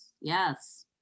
yes